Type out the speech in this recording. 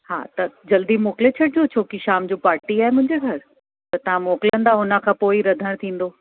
हा त जल्दी मोकिले छॾिजो छो की शाम जो पार्टी आहे मुंहिंजे घरु त तव्हां मोकिलींदव हुन खां पोइ ई रधणु थींदो